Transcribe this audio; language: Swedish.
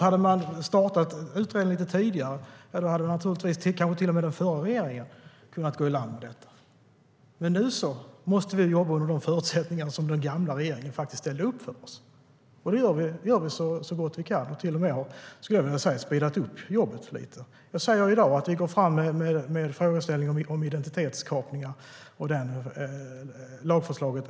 Hade man startat utredningen lite tidigare skulle kanske till och med den förra regeringen ha kunnat gå i land med ärendet. Men nu måste vi jobba med de förutsättningar som den tidigare regeringen skapat. Det gör vi så gott vi kan. Vi har till och med speedat upp jobbet lite. Jag säger i dag att vi redan i vår går fram med frågeställningen om identitetskapningar i form av en lagrådsremiss.